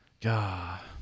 God